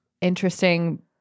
interesting